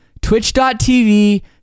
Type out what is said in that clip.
Twitch.tv